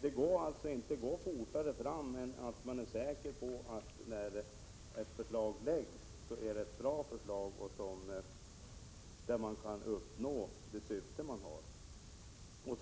Vi kan inte gå fortare fram än så att vi är säkra på att det förslag som läggs fram är bra och innebär att vi kan nå det syfte som vi